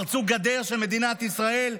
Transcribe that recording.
שפרצו גדר של מדינת ישראל,